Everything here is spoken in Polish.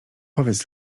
powiedz